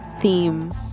theme